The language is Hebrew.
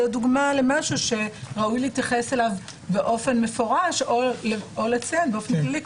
זאת דוגמה למשהו שראוי להתייחס אליו באופן מפורש או לציין באופן כללי,